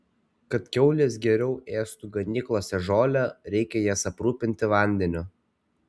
kad kiaulės geriau ėstų ganyklose žolę reikia jas aprūpinti vandeniu